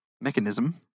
Mechanism